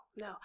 no